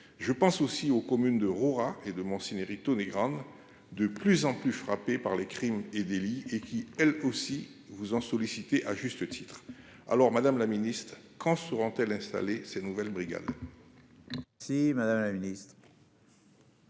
Je pense aussi aux communes de Roura et de Montsinéry grandes. De plus en plus frappés par les crimes et délits et qui, elle aussi, vous en solliciter à juste titre. Alors Madame la Ministre quand se rend-elle installer ces nouvelles brigades. Si Madame la Ministre.